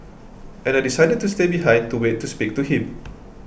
and I decided to stay behind to wait to speak to him